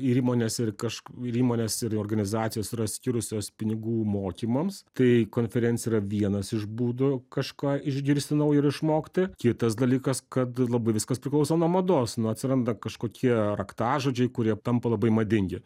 ir įmonės ir kažk ir įmonės ir organizacijos yra skyrusios pinigų mokymams tai konferencija yra vienas iš būdų kažką išgirsti naujo ir išmokti kitas dalykas kad labai viskas priklauso nuo mados nu atsiranda kažkokie raktažodžiai kurie tampa labai madingi